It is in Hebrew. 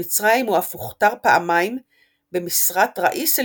במצרים הוא אף הוכתר פעמיים במשרת "ראיס אל-יהוד",